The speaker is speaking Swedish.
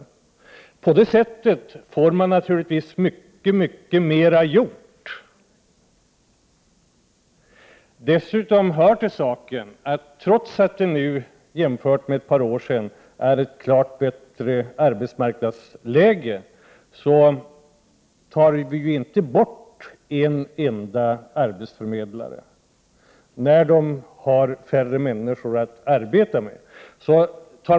På det sättet får man naturligtvis mycket, mycket mera gjort. Dessutom hör till saken att trots att det nu jämfört med för ett par år sedan är ett klart bättre arbetsmarknadsläge, tar vi inte bort en enda arbetsförmedlare när de har färre människor att arbeta med.